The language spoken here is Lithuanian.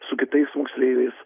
su kitais moksleiviais